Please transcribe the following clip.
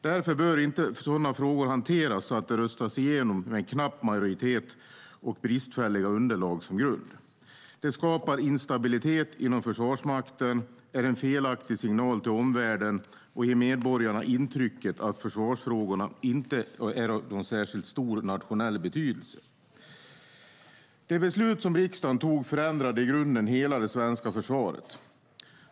Därför bör inte sådana frågor hanteras så att de röstas igenom med en knapp majoritet och bristfälliga underlag som grund. Det skapar en instabilitet inom Försvarsmakten, är en felaktig signal till omvärlden och ger medborgarna intrycket att försvarsfrågorna inte är av någon särskilt stor nationell betydelse. Det beslut som riksdagen tog förändrade i grunden hela det svenska försvaret.